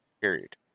Period